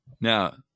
Now